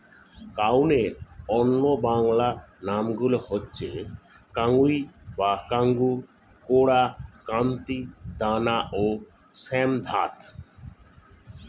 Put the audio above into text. কাউনের অন্য বাংলা নামগুলো হচ্ছে কাঙ্গুই বা কাঙ্গু, কোরা, কান্তি, দানা ও শ্যামধাত